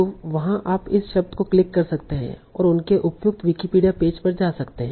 तो वहाँ आप इस शब्द को क्लिक कर सकते हैं और उनके उपयुक्त विकिपीडिया पेज पर जा सकते हैं